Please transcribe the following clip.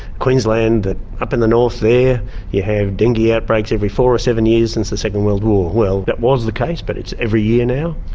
queensland up in the north there you have dengue yeah outbreaks every four or seven years since the second world war. well that was the case but it's every year now,